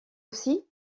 aussi